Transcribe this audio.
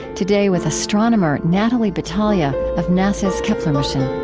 today with astronomer natalie batalha of nasa's kepler mission